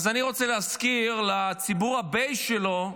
אז אני רוצה להזכיר לציבור הבייס שלו,